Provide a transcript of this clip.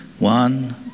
One